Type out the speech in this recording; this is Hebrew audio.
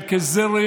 האופוזיציה.